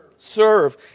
serve